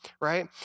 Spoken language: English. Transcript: right